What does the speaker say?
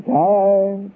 time